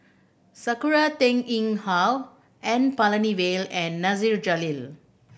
Sakura Teng Ying Hua N Palanivelu and Nasir Jalil